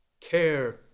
care